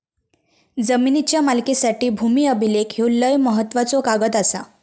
जमिनीच्या मालकीसाठी भूमी अभिलेख ह्यो लय महत्त्वाचो कागद आसा